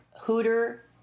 Hooter